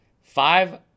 five